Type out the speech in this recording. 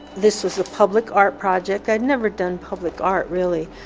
this was a public art project, i'd never done public art really.